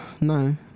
No